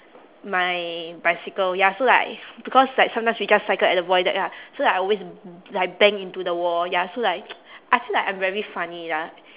my bicycle ya so like because like sometimes we just cycle at the void deck lah so like I always like bang into the wall ya so like I feel like I'm very funny lah